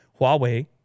Huawei